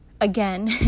again